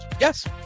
Yes